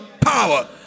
power